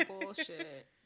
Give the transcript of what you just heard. bullshit